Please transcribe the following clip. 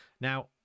Now